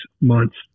months